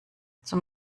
zum